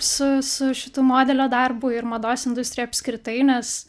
su su šitu modelio darbu ir mados industrija apskritai nes